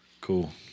Cool